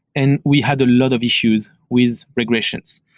and we had a lot of issues with regressions.